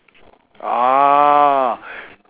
ah